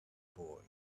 boy